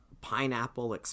Pineapple